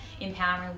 empowering